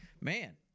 man